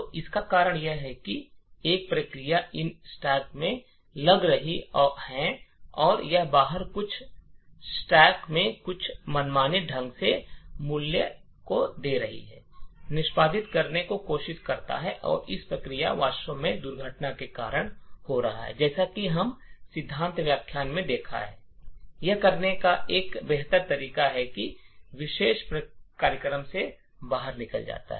तो इसका कारण यह है कि एक प्रक्रिया इन स्टैक में लग रही है और यह बाहर कुछ कचरा या स्टैक से कुछ मनमाने ढंग से मूल्यों लेता है और निष्पादित करने की कोशिश करता है कि और यह प्रक्रिया वास्तव में दुर्घटना के कारण है और जैसा कि हम सिद्धांत व्याख्यान में देखा है यह करने का एक बेहतर तरीका है कि विशेष कार्यक्रम से बाहर निकलें